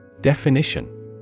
Definition